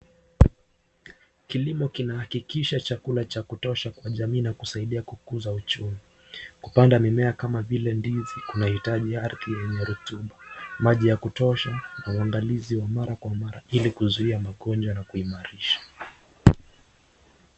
Kilimo kinahakikisha chakula cha kutosha kwa jamii na kusaidia kukuza uchumi. Kupanda mimea kama vile ndizi kunahitaji ardhi yenye rutuba, maji ya kutosha na uangalizi wa mara kwa mara ili kuzuia magonjwa na kuimarisha.